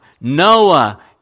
Noah